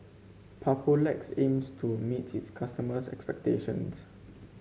Papulex aims to meet its customers' expectations